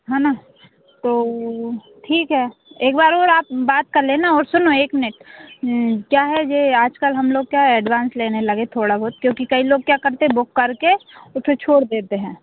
है ना तो ठीक है एक बार और आप बात कर लेना और सुनो एक मिनट क्या है के आज कल हम लोग क्या एडवांस लेने लगे थोड़ा बहुत क्योंकि कई लोग क्या करते बुक करके और फिर छोड़ देते हैं